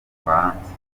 bufaransa